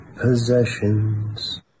possessions